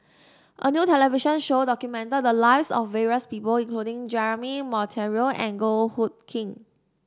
a new television show documented the lives of various people including Jeremy Monteiro and Goh Hood Keng